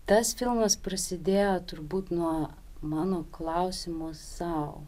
tas filmas prasidėjo turbūt nuo mano klausimo sau